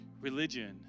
religion